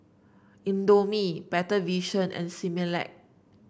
Indomie Better Vision and Similac